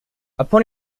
upon